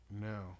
No